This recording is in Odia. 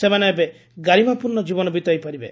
ସେମାନେ ଏବେ ଗାରିମାପୂର୍ଷ ଜୀବନ ବିତାଇ ପାରିବେ